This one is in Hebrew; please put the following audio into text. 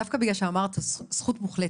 לגבי זכות מוחלטת,